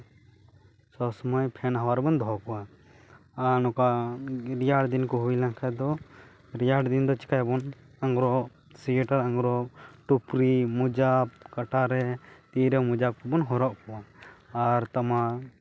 ᱥᱚᱵ ᱥᱚᱢᱚᱭ ᱯᱷᱮᱱ ᱦᱟᱣᱟ ᱨᱮᱵᱚᱱ ᱫᱚᱦᱚ ᱠᱚᱣᱟ ᱟᱨ ᱱᱚᱝᱠᱟ ᱨᱮᱭᱟᱲ ᱫᱤᱱ ᱠᱚ ᱦᱩᱭ ᱞᱮᱱᱠᱷᱟᱱ ᱫᱚ ᱨᱮᱭᱟᱲ ᱫᱤᱱ ᱫᱚ ᱪᱤᱠᱟᱹᱭᱟᱵᱚᱱ ᱟᱝᱨᱚᱯ ᱥᱮ ᱥᱳᱭᱮᱴᱟᱨ ᱟᱝᱨᱚᱯ ᱴᱩᱯᱨᱤ ᱢᱚᱸᱡᱟ ᱠᱟᱴᱟᱨᱮ ᱛᱤᱻᱨᱮ ᱢᱚᱸᱡᱟ ᱠᱚᱵᱚᱱ ᱦᱚᱨᱚᱜ ᱟᱠᱚᱣᱟ ᱟᱨ ᱛᱳᱢᱟᱨ